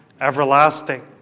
everlasting